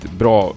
bra